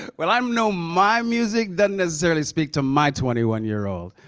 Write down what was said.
ah well, i um know my music doesn't necessarily speak to my twenty one year old.